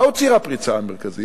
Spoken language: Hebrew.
מהו ציר הפריצה המרכזי?